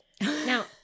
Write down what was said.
Now